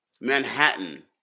Manhattan